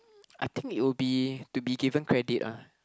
I think it'll be to be given credit ah